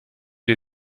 des